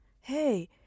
hey